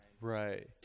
Right